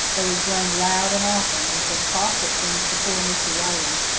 though he groaned loud and often, and said caustic things to poor mr. riley,